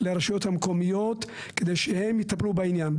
לרשויות המקומיות כדי שהן יטפלו בעניין.